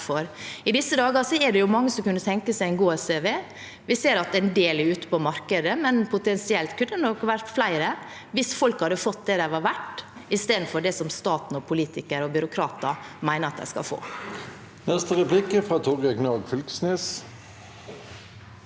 I disse dager er det mange som kunne tenke seg en gård. Vi ser at en del er ute på markedet. Potensielt kunne det nok vært flere hvis folk hadde fått det gårdene var verdt, istedenfor det som staten og politikere og byråkrater mener de skal få.